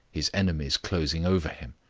his enemies closing over him.